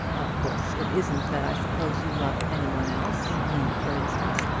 of course it isn't that i suppose you love any one else me for instance.